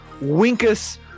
winkus